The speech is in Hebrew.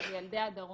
ואלה ילדי הדרום.